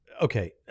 okay